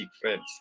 friends